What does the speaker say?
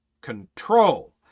control